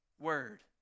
word